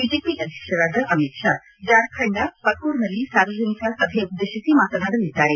BJP ಅಧ್ಯಕ್ಷರಾದ ಅಮಿತ್ ಶಾ ಜಾರ್ಖಂಡ್ನ ಪಕೂರ್ನಲ್ಲಿ ಸಾರ್ವಜನಿಕ ಸಭೆ ಉದ್ದೇತಿಸಿ ಮಾತನಾಡಲಿದ್ದಾರೆ